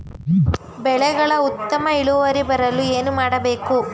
ಬೆಳೆಗಳ ಉತ್ತಮ ಇಳುವರಿ ಬರಲು ಏನು ಮಾಡಬೇಕು?